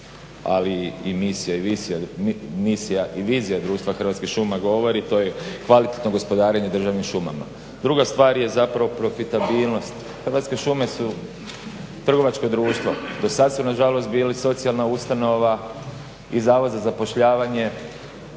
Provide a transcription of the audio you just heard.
ali i misija i vizija društva Hrvatskih šuma govori, to je kvalitetno gospodarenje državnim šumama. Druga stvar je zapravo profitabilnost. Hrvatske šume su trgovačka društva, do sada su nažalost bili socijalna ustanova i zavod za zapošljavanje.